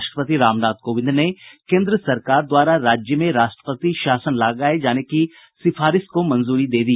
राष्ट्रपति रामनाथ कोविंद ने केन्द्र सरकार द्वारा राज्य में राष्ट्रपति शासन लगाये जाने की सिफारिश को मंजूरी दे दी